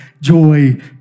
joy